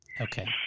Okay